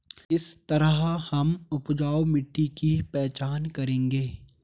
किस तरह हम उपजाऊ मिट्टी की पहचान करेंगे?